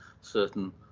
certain